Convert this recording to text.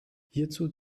hierzu